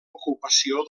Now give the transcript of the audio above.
ocupació